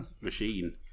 machine